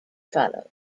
followed